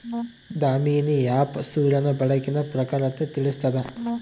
Damini app ಸೂರ್ಯನ ಬೆಳಕಿನ ಪ್ರಖರತೆ ತಿಳಿಸ್ತಾದ